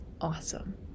awesome